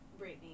Britney